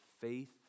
faith